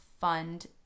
fund